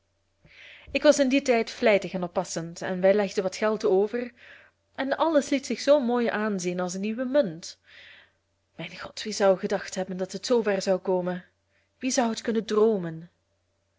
ik was in dien tijd vlijtig en oppassend en wij legden wat geld over en alles liet zich zoo mooi aanzien als een nieuwe munt mijn god wie zou gedacht hebben dat het zoover zou komen wie zou het hebben kunnen droomen